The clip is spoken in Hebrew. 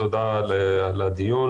תודה על הדיון.